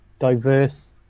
diverse